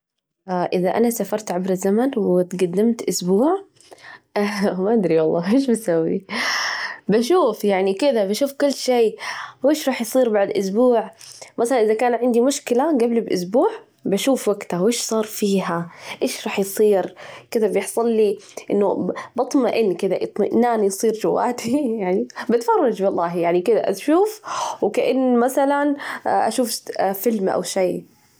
إذا أنا سافرت عبر الزمن وتجدمت أسبوع، ما أدري والله إيش بتسوي، بشوف يعني كده، بشوف كل شيء، وش راح يصير بعد أسبوع؟ مثلاً إذا كان عندي مشكلة جبل بأسبوع، بشوف وجتها وش صار فيها؟ إيش راح يصير؟ كده بيحصل لي إنه بطمئن، كذا اطمئنان يصير جواتي، يعني بتفرج، والله يعني كده أشوف وكأن مثلاً أشوف فيلم أو شيء.